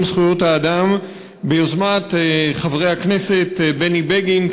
זכויות האדם ביוזמת חברי הכנסת בני בגין,